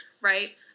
Right